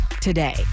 today